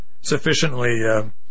sufficiently